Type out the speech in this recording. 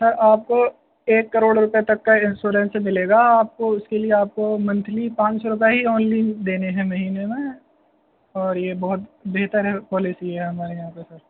سر آپ کو ایک کروڑ روپئے تک کا انسورنس ملے گا آپ کو اس کے لیے آپ کو منتھلی پانچ سو روپئے ہی اونلی دینے ہیں مہینے میں اور یہ بہت بہتر ہے پالیسی یہ ہمارے یہاں پہ سر